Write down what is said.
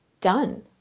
done